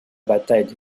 bataille